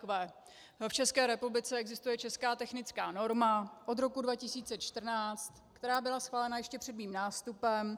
V České republice existuje česká technická norma od roku 2014, která byla schválena ještě před mým nástupem.